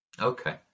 Okay